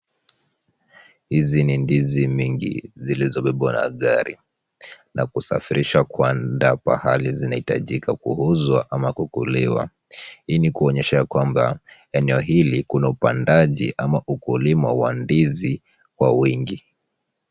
Hizi ni ndizi mingi zilizobebwa na gari na kusafirishwa kuenda pahali zinahitajika kuuzwa ama kukuliwa. Hii ni kuonyesha kwamba eneo hili kuna upandaji au ukulima wa ndizi wa wingi.